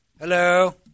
Hello